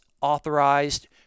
authorized